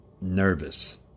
nervous